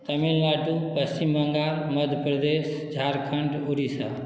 Tamil Nadu Paschim Bangal Madhya Pradesh Jharkhand Orissa